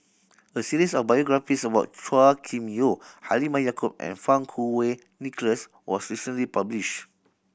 a series of biographies about Chua Kim Yeow Halimah Yacob and Fang Kuo Wei Nicholas was recently publishe